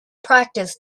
practice